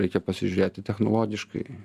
reikia pasižiūrėti technologiškai